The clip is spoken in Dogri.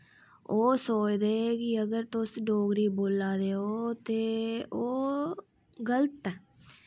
ओह् सोचदे कि अगर तुस डोगरी बोल्ला दे ओह् ते ओह् गल्त ऐ